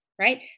right